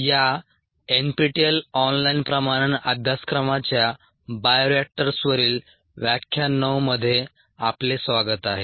या NPTEL online प्रमाणन अभ्यासक्रमाच्या बायोरिएक्टर्सवरील व्याख्यान 9 मध्ये आपले स्वागत आहे